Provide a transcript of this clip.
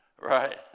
Right